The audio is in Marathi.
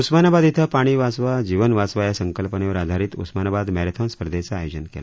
उस्मानाबाद इथं पाणी वाचवा जीवन वाचवा या संकल्पनेवर आधारित उस्मानाबाद मध्येंन स्पर्धेचं आयोजन केलं होतं